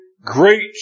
great